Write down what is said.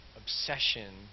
obsession